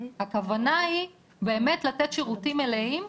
הכוונה היא באמת לתת שירותים מלאים,